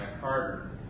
Carter